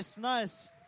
nice